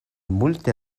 multe